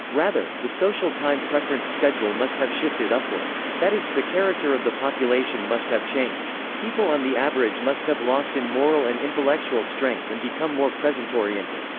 rather, the social time preference schedule must have shifted upward. that is, the character of the population must have changed. people on the average must have lost in moral and intellectual strength and become more presentoriented.